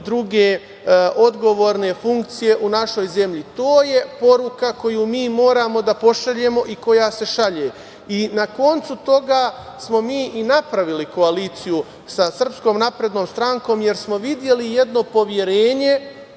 druge odgovorne funkcije u našoj zemlji. To je poruka koju mi moramo da pošaljemo i koja se šalje. Na kraju toga smo i napravili koaliciju sa SNS, jer smo videli jedno poverenje,